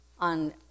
on